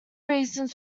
reasons